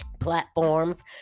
platforms